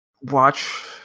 watch